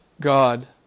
God